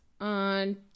on